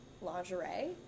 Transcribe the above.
lingerie